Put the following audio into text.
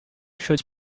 should